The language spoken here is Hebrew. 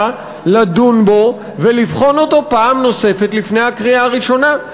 לדון בו ולבחון אותו פעם נוספת לפני הקריאה הראשונה.